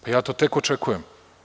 Ja to tek očekujem.